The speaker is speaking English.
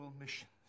missions